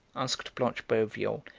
asked blanche boveal,